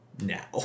now